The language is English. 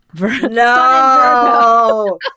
No